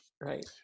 right